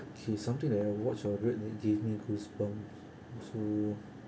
okay something that I watch or read that give me goose bump so